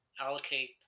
allocate